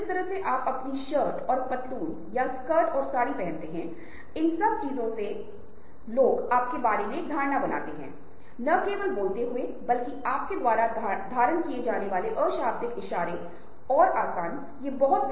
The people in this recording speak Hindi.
इससे पहले कि हम नेटवर्क की ज़रुरत पर बात करें मुझे यह समझाने दें कि हम जीवन भर नेटवर्किंग करते रहे हैं चाहे हम इसे पसंद करें या न करें क्योंकि सहयोग के बिना हम जीवित नहीं रह सकते हैं